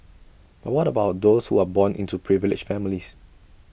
but what about those who are born into privileged families